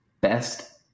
best